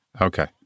Okay